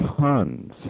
tons